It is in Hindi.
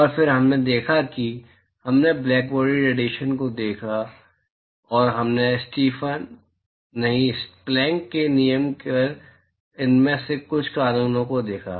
और फिर हमने देखा कि हमने ब्लैकबॉडी रेडिएशन को देखा और हमने स्टीफन नहीं प्लैंक के नियम पर इनमें से कुछ कानूनों को देखा